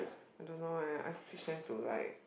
I don't know leh I teach them to like